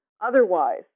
otherwise